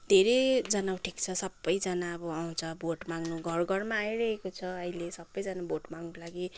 धेरैजना उठेको छ सबैजना अब आउँछ भोट माग्नु घरघरमा आइरहेको छ अहिले सबैजना भोट माग्नुको लागि